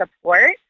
support